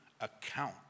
account